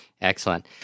excellent